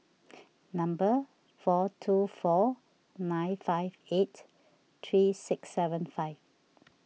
number four two four nine five eight three six seven five